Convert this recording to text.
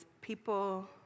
people